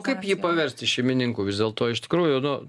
kaip jį paversti šeimininku vis dėlto iš tikrųjų nu tai